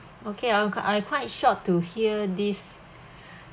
okay I'm I quite shocked to hear this